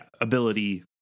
ability